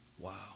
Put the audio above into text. Wow